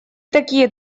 такие